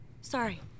Sorry